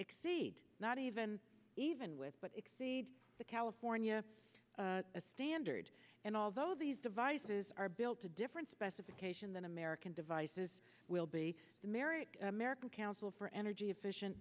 exceed not even even with what exceed the california a standard and although these devices are built to different specification than american devices will be the merrick american council for energy efficient